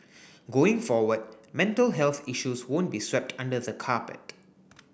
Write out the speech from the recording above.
going forward mental health issues won't be swept under the carpet